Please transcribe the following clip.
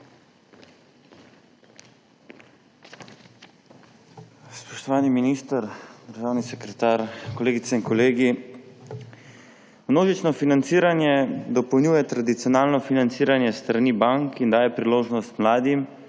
Spoštovani minister, državni sekretar, kolegice in kolegi! Množično financiranje dopolnjuje tradicionalno financiranje s strani bank in daje priložnost mladim,